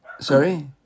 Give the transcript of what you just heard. sorry